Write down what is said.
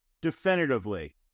definitively